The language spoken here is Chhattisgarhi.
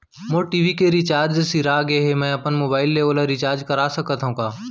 मोर टी.वी के रिचार्ज सिरा गे हे, मैं अपन मोबाइल ले ओला रिचार्ज करा सकथव का?